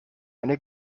eine